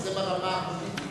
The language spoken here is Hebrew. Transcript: אבל זה ברמה הפוליטית.